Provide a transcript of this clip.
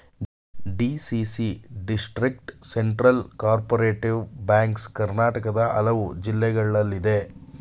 DCC district central cooperative banks ಕರ್ನಾಟಕದ ಹಲವು ಜಿಲ್ಲೆಗಳಲ್ಲಿದೆ